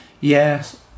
Yes